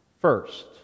First